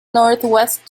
northwest